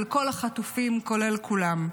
של כל החטופים כולל כולם.